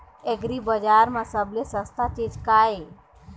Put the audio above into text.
एग्रीबजार म सबले सस्ता चीज का ये?